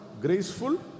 Graceful